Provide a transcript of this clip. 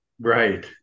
Right